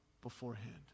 beforehand